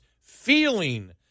feeling